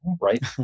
right